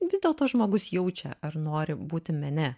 vis dėlto žmogus jaučia ar nori būti mene